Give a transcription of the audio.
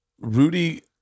rudy